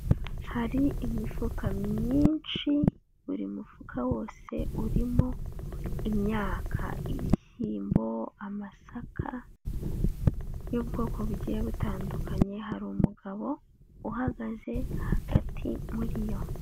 Hari imifuka myinshi buri mufuka wose urimo imyaka: ibishyiyimbo, amasaka y'ubwoko bugiye butandukanye, hari umugabo uhagaze hagati muri yo.